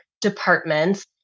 departments